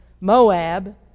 Moab